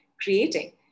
creating